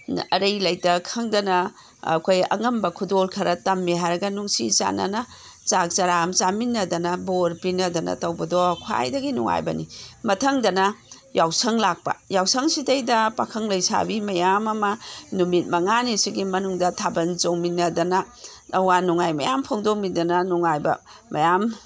ꯑꯔꯩ ꯂꯩꯇ ꯈꯪꯗꯅ ꯑꯩꯈꯣꯏ ꯑꯉꯝꯕ ꯈꯨꯗꯣꯜ ꯈꯔ ꯇꯃꯃꯦ ꯍꯥꯏꯔꯒ ꯅꯨꯡꯁꯤ ꯆꯥꯟꯅꯅ ꯆꯥꯛ ꯆꯥꯔꯥ ꯑꯃ ꯆꯥꯃꯤꯟꯅꯗꯅ ꯕꯣꯔ ꯄꯤꯅꯗꯅ ꯇꯧꯕꯗꯣ ꯈ꯭ꯋꯥꯏꯗꯒꯤ ꯅꯨꯡꯉꯥꯏꯕꯅꯤ ꯃꯊꯪꯗꯅ ꯌꯥꯎꯁꯪ ꯂꯥꯛꯄ ꯌꯥꯎꯁꯪꯁꯤꯗꯩꯗ ꯄꯥꯈꯪ ꯂꯩꯁꯥꯕꯤ ꯃꯌꯥꯝ ꯑꯃ ꯅꯨꯃꯤꯠ ꯃꯉꯥꯅꯤꯁꯤꯒꯤ ꯃꯅꯨꯡꯗ ꯊꯥꯕꯜ ꯆꯣꯡꯃꯤꯟꯅꯗꯅ ꯑꯋꯥ ꯅꯨꯡꯉꯥꯏ ꯃꯌꯥꯝ ꯐꯣꯡꯗꯣꯛꯃꯤꯅꯗꯅ ꯅꯨꯡꯉꯥꯏꯕ ꯃꯌꯥꯝ